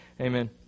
Amen